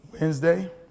Wednesday